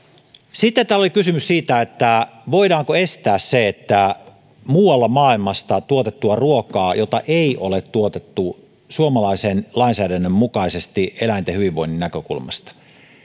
sitten täällä oli kysymys siitä voidaanko estää se että muualla maailmassa tuotettua ruokaa jota ei ole tuotettu suomalaisen lainsäädännön mukaisesti eläinten hyvinvoinnin näkökulmasta